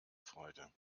freude